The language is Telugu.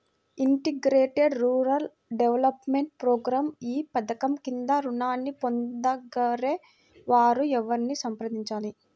ఇంటిగ్రేటెడ్ రూరల్ డెవలప్మెంట్ ప్రోగ్రాం ఈ పధకం క్రింద ఋణాన్ని పొందగోరే వారు ఎవరిని సంప్రదించాలి?